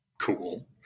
Cool